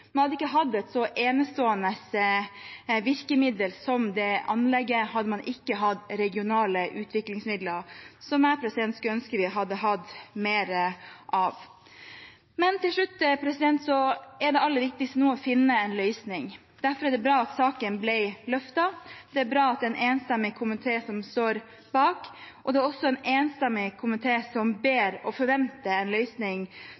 hadde ikke hatt et så enestående virkemiddel som det anlegget hvis vi ikke hadde hatt regionale utviklingsmidler, som jeg skulle ønske vi hadde mer av. Til slutt: Det aller viktigste nå er å finne en løsning. Derfor er det bra at saken ble løftet, det er bra at det er en enstemmig komité som står bak, og det er også en enstemmig komité som ber om og forventer en løsning.